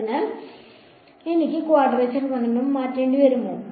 അതിനാൽ എനിക്ക് ക്വാഡ്രേച്ചർ നിയമം മാറ്റേണ്ടിവരുമോ